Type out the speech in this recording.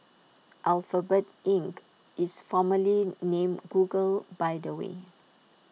Alphabet Inc is formerly named Google by the way